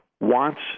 wants –